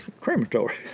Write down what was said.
crematory